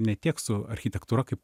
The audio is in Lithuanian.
ne tiek su architektūra kaip